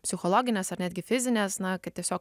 psichologinės ar netgi fizinės na kai tiesiog